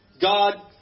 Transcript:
God